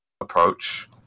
approach